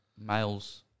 males